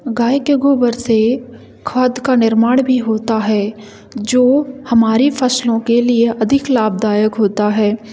गाय के गोबर से खाद का निर्माण भी होता है जो हमारी फ़सलों के लिए अधिक लाभदायक होता है